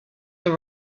the